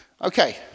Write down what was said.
Okay